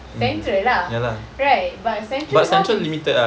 central lah right but central house is